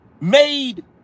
made